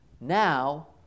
Now